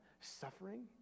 suffering